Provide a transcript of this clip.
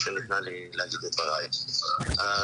מאחורי זה מסתתר רק עניין אחד,